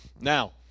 now